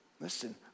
listen